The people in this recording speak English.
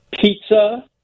pizza